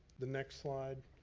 the next slide.